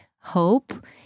hope